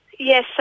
Yes